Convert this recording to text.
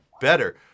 better